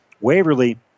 Waverly